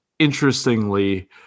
Interestingly